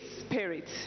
Spirit